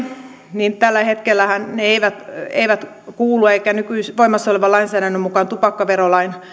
niin tällä hetkellähän ne eivät eivät kuulu voimassa olevan lainsäädännön mukaan tupakkaverolain